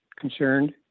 concerned